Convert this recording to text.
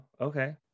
okay